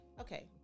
Okay